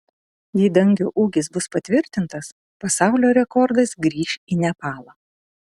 jei dangio ūgis bus patvirtintas pasaulio rekordas grįš į nepalą